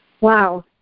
Wow